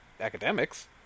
academics